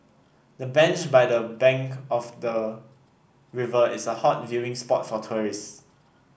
the bench by the bank of the river is a hot viewing spot for tourists